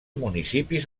municipis